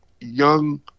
young